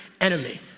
enemy